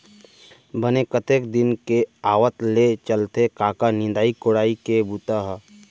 बने कतेक दिन के आवत ले चलथे कका निंदई कोड़ई के बूता ह?